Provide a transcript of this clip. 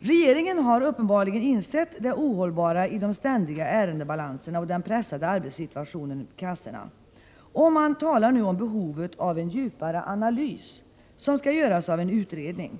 Regeringen har uppenbarligen insett det ohållbara i de ständiga ärendebalanserna och den pressade arbetssituationen vid kassorna, och man talar nu om behovet av en djupare analys, som skall göras av en utredning.